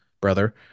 brother